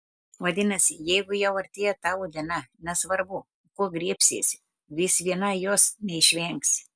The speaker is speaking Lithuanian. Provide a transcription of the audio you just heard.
vadinasi jeigu jau artėja tavo diena nesvarbu ko griebsiesi vis viena jos neišvengsi